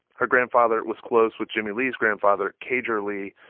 her grandfather was close with jimmie lee's grandfather, cager lee,